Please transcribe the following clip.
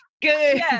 Good